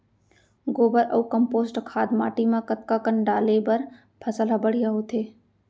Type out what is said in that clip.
गोबर अऊ कम्पोस्ट खाद माटी म कतका कन डाले बर फसल ह बढ़िया होथे?